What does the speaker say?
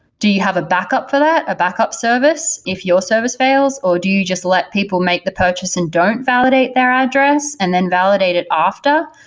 do you have a backup for that? a backup service if your service fails or do you just let people make the purchase and don't validate their address and then validate it after?